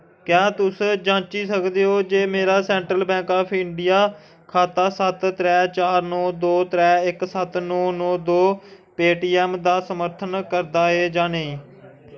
क्या तुस जांची सकदे ओ जे मेरा सैंट्रल बैंक आफ इंडिया खाता सत्त त्रै चार नौ दो त्रै इक सत्त नौ नौ दो पेऽटीऐम्म दा समर्थन करदा ऐ जां नेईं